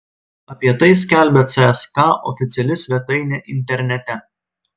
apie tai skelbia cska oficiali svetainė internete